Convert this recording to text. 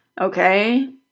okay